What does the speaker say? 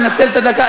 לנצל את הדקה,